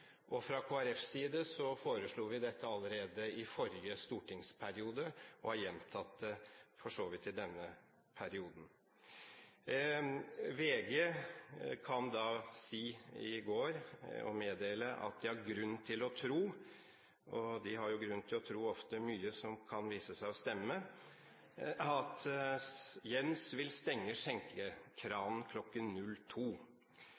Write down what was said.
Fra Kristelig Folkepartis side foreslo vi dette allerede i forrige stortingsperiode og har for så vidt gjentatt det i denne perioden. VG kunne meddele i går at de har grunn til å tro – og de har jo ofte grunn til å tro mye som kan vise seg å stemme – at Jens vil stenge